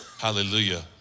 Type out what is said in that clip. Hallelujah